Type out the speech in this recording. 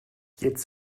jetzt